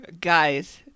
Guys